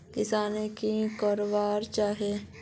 किसानोक की करवा होचे?